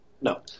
no